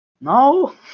No